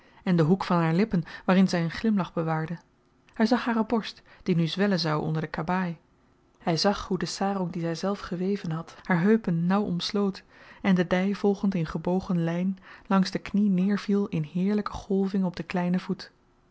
en den hoek van haar lippen waarin zy een glimlach bewaarde hy zag hare borst die nu zwellen zou onder de kabaai hy zag hoe de sarong die zyzelf geweven had haar heupen nauw omsloot en de dy volgend in gebogen lyn langs de knie neerviel in heerlyke golving op den kleinen voet